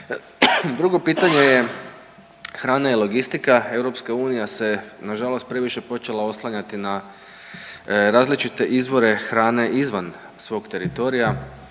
Drugo pitanje je hrana i logistika. EU se nažalost previše počela oslanjati na različite izvore hrane izvan svog teritorija